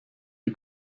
die